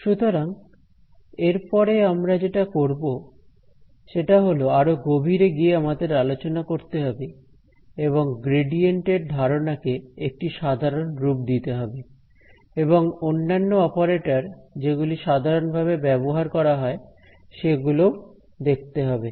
সুতরাং এরপরে আমরা যেটা করবো সেটা হলো আরো গভীরে গিয়ে আমাদের আলোচনা করতে হবে এবং গ্রেডিয়েন্ট এর ধারনা কে একটি সাধারণ রূপ দিতে হবে এবং অন্যান্য অপারেটর যেগুলি সাধারণ ভাবে ব্যবহার করা হয় সেগুলো ও দেখতে হবে